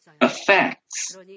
affects